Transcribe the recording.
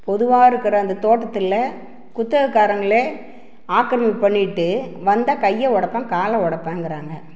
பொதுவாக இருக்கிற அந்த தோட்டத்தில் குத்தகைகாரங்களே ஆக்கிரமிப்பு பண்ணிகிட்டு வந்தால் கையை உடப்பேன் காலை உடப்பேன்ங்குறாங்க